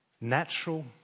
natural